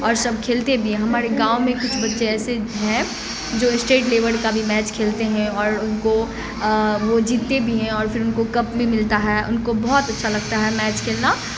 اور سب کھیلتے بھی ہیں ہمارے گاؤں میں کچھ بچے ایسے ہیں جو اسٹیٹ لیوڑ کا بھی میچ کھیلتے ہیں اور ان کو وہ جیتتے بھی ہیں اور پھر ان کو کپ بھی ملتا ہے ان کو بہت اچھا لگتا ہے میچ کھیلنا